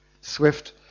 Swift